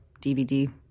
DVD